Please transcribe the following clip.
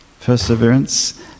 Perseverance